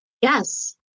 Yes